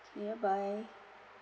ya bye